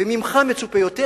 ממך מצופה יותר,